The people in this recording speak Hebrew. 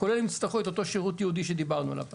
כולל אם יצטרכו את אותו שירות ייעודי שדיברנו עליו.